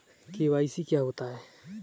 KYC क्या होता है?